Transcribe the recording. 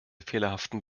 fehlerhaften